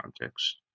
context